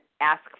ask